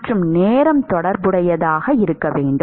மற்றும் நேரம் தொடர்புடையதாக இருக்க வேண்டும்